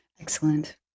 Excellent